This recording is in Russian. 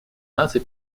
наций